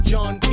John